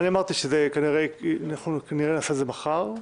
אני אמרתי שכנראה נעשה את זה מחר,